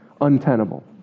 untenable